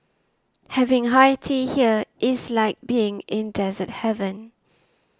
having high tea here is like being in dessert heaven